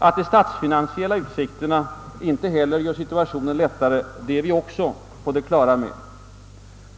Att de statsfinansiella utsikterna inte heller gör situationen lättare, är vi också på det klara med.